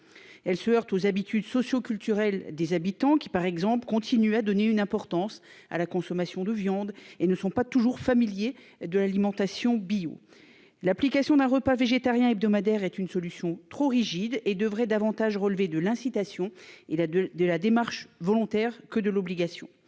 elle se heurte aux habitudes socio-culturels, des habitants qui, par exemple, continuer à donner une importance à la consommation de viande et ne sont pas toujours familiers de l'alimentation bio, l'application d'un repas végétarien hebdomadaire est une solution trop rigide et devrait davantage relever de l'incitation, il a de de la démarche volontaire que de l'obligation,